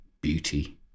beauty